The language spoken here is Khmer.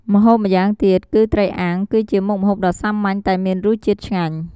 ម្ហូបម៉្យាងទៀត គឺត្រីអាំង គឺជាមុខម្ហូបដ៏សាមញ្ញតែមានរសជាតិឆ្ងាញ់។